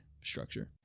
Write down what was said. structure